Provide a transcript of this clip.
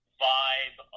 vibe